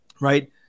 Right